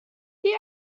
die